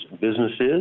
businesses